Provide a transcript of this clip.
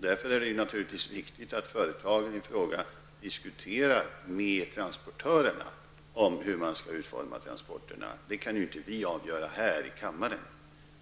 Därför är det naturligtvis viktigt att företagen i fråga diskuterar med transportörerna hur transporterna skall utformas. Det kan ju inte vi här i kammaren avgöra.